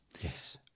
Yes